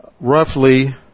roughly